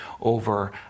over